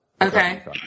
Okay